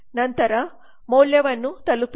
ನಂತರ ಮೌಲ್ಯವನ್ನು ತಲುಪಿಸಿ